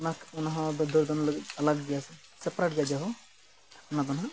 ᱚᱱᱟ ᱦᱚᱸ ᱫᱚ ᱫᱟᱹᱲ ᱫᱚᱱ ᱞᱟᱹᱜᱤᱫ ᱟᱞᱟᱠ ᱜᱮᱭᱟ ᱥᱮᱯᱟᱨᱮᱴ ᱜᱮ ᱡᱮᱦᱚ ᱚᱱᱟ ᱫᱚ ᱱᱟᱦᱟᱜ